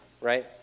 right